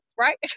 right